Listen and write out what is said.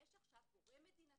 יש עכשיו גורים מדיני